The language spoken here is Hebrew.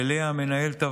אני רוצה להודות לצוות